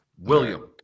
William